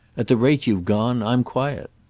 at the rate you've gone i'm quiet.